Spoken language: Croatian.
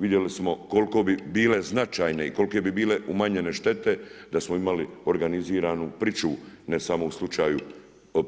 Vidjeli smo koliko bi bile značajne i kolike bi bile umanjene štete, da smo imali organizirani pričuvu, ne samo u slučaju